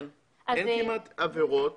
אין כמעט עבירות